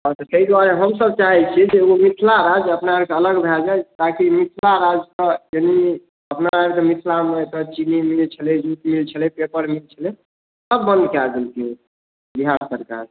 हँ तऽ तै दुआरे हमसब चाहैत छी जे ओ मिथिला राज्य अपना आरके अलग भऽ जाय ताकि मिथिला राज्यके यदि अपना आरके मिथिलामे तऽ चीनी मिल छलै जूट मिल छलै पेपर मिल छलै सब बंद कै देलकै ओ बिहार सरकार